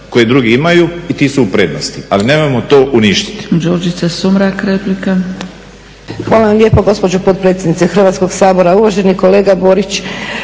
koji drugi imaju i ti su u prednosti. Ali nemojmo to uništiti.